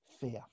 fear